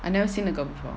I never see the girl before